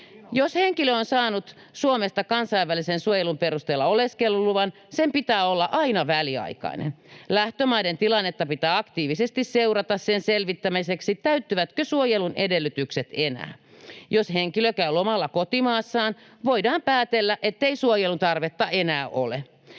Jos henkilö on saanut Suomesta kansainvälisen suojelun perusteella oleskeluluvan, sen pitää olla aina väliaikainen. Lähtömaiden tilannetta pitää aktiivisesti seurata sen selvittämiseksi, täyttyvätkö suojelun edellytykset enää. Jos henkilö käy lomalla kotimaassaan, voidaan päätellä, ettei suojelun tarvetta enää ole.